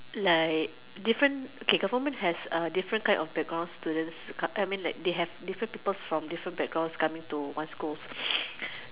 like different okay government has a different background students I mean they have different people coming from different backgrounds coming to one school